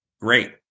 Great